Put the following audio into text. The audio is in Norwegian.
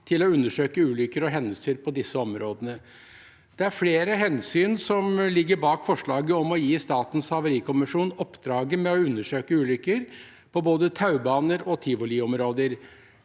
til å undersøke ulykker og hendelser på disse områdene. Det er flere hensyn som ligger bak forslaget om å gi Statens havarikommisjon oppdraget med å undersøke ulykker på både taubane- og tivoliområdet.